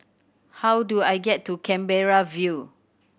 how do I get to Canberra View